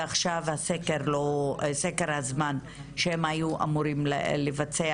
עכשיו סקר הזמן שהם היו אמורים לבצע,